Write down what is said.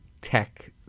tech